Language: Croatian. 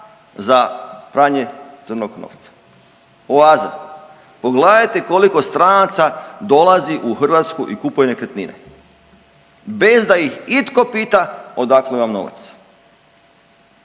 za pranje crnog novca. Oaza. Pogledajte koliko stranaca dolazi u Hrvatsku i kupuje nekretnine bez da ih itko pita odakle vam novac.